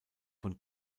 von